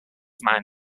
man